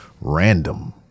RANDOM